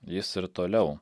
jis ir toliau